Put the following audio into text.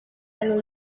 lalu